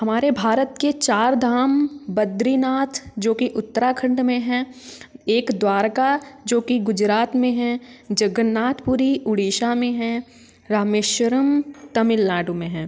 हमारे भारत के चार धाम बद्रीनाथ जो कि उत्तराखंड में है एक द्वारका जो कि गुजरात में हैं जगन्नाथपुरी उड़ीशा में हैं रामेश्वरम तमिलनाडु में हैं